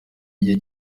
igihe